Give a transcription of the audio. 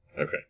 Okay